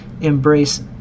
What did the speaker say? embrace